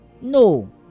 No